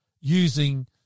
using